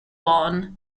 bonn